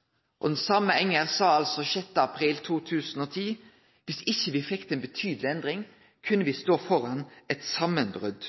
mer.» Den same Enger sa 6. april 2010 at dersom me ikkje fekk til ei betydeleg endring, kunne me stå føre eit samanbrot.